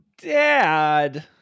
Dad